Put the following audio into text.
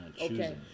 Okay